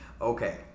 Okay